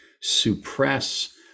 Suppress